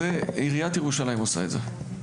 עיריית ירושלים עושה את זה.